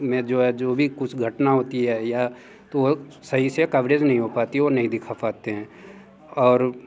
में जो है जो भी कुछ घटना होती है या तो वह सही से कवरेज नहीं हो पाती और नहीं दिखा पाते हैं और